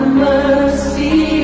mercy